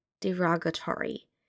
derogatory